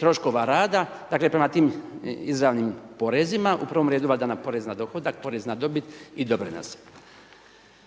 troškova rada, dakle prema tim izravnim porezima, u prvom redu valjda porez na dohodak, porez na dobit i doprinose.